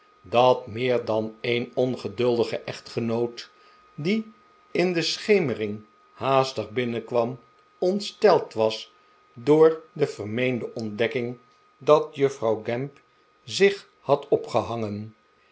dat meer dan een ongeduldige echtgenoot die in de schemering haastig binnenkwam ontsteld was door de vermeende ontdekking dat juffrouw gamp zich had opgehangen